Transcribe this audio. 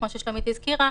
כמו ששלומית וגמן הזכירה